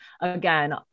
Again